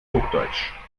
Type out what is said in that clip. hochdeutsch